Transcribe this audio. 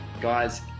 guys